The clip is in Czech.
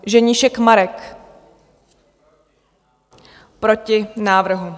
Ženíšek Marek: Proti návrhu.